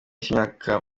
cy’imyaka